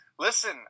Listen